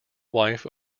wife